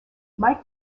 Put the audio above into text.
mike